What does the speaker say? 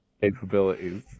capabilities